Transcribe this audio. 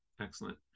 Excellent